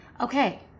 Okay